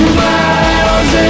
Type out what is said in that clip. miles